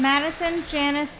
madison janice